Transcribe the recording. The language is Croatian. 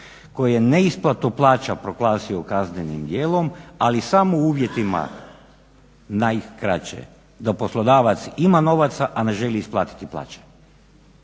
koji je neisplatu plaća proglasio kaznenim djelom, ali samo u uvjetima najkraće, da poslodavac ima novaca a ne želi isplatiti plaće.